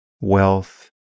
wealth